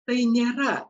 tai nėra